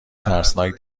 ترسناک